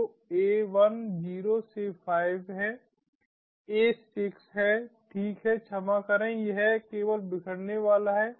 तो a1 0 से 5 है a 6 है ठीक है क्षमा करें यह केवल बिखरने वाला है